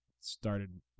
started